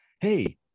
hey